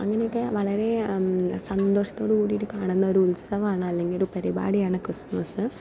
അങ്ങനെയൊക്കെ വളരെ സന്തോഷത്തോടൂകൂടീട്ട് കാണുന്നൊരുത്സവാണ് അല്ലെങ്കിൽ ഒരു പരിപാടിയാണ് ക്രിസ്മസ്